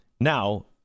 now